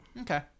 Okay